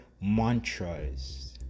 mantras